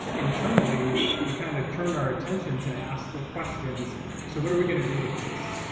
internally, we kind of turned our attention to ask the questions, so what are we going to do with this?